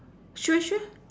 sure sure